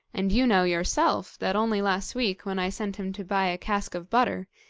and you know yourself that, only last week, when i sent him to buy a cask of butter,